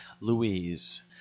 Louise